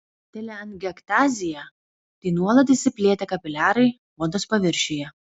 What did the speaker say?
teleangiektazija tai nuolat išsiplėtę kapiliarai odos paviršiuje